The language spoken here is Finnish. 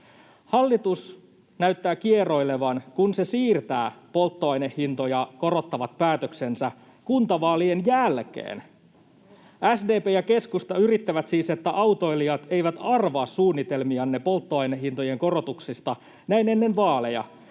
Hallitus näyttää kieroilevan, kun se siirtää polttoainehintoja korottavat päätöksensä kuntavaalien jälkeen. SDP ja keskusta yrittävät siis, että autoilijat eivät arvaa suunnitelmianne polttoainehintojen korotuksista näin ennen vaaleja.